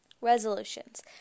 Resolutions